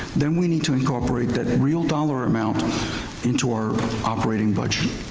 then we need to incorporate that real dollar amount into our operating budget.